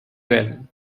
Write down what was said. well